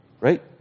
right